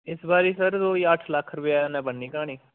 इस बारी सर कोई अट्ठ लक्ख रपेआ कन्नै बननी क्हानी